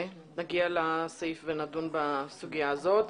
אוקי, נגיע לסעיף ונדון בסוגיה הזאת.